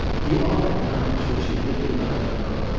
he offered now, should she really like to know,